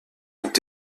ont